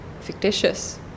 fictitious